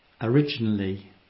originally